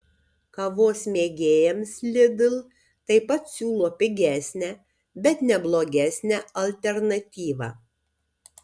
kavos mėgėjams lidl taip pat siūlo pigesnę bet ne blogesnę alternatyvą